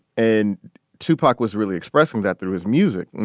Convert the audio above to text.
and tupac was really expressing that through his music in,